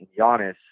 Giannis